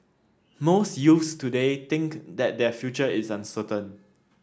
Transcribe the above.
most youths today think that their future is uncertain